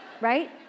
Right